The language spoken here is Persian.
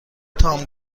تام